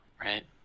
right